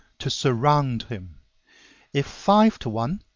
to surround him if five to one,